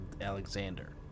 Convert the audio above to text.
Alexander